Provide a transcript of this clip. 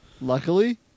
Luckily